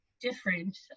different